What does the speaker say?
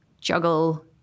juggle